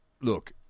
look